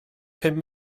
pum